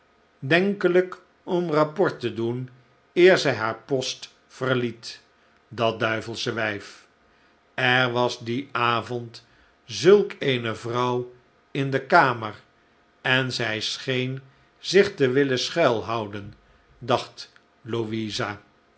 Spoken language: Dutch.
denkeiijk om rapport te doen eer zij haar post verliet dat duivelsche wyf er was dien avond zulk eene vrouw in de kamer en zij scheen zich te willen schuilhouden dacht louisa